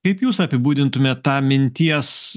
kaip jūs apibūdintumėt tą minties